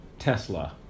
Tesla